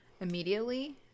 immediately